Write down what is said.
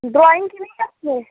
drawing की नहीं रखें